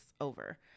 over